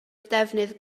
defnydd